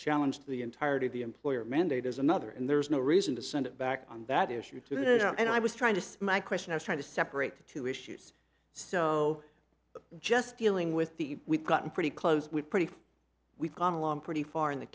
challenge to the entirety of the employer mandate is another and there's no reason to send it back on that issue tonight and i was trying to say my question is trying to separate the two issues so just dealing with the we've gotten pretty close we've pretty we've gone along pretty far in th